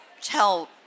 tell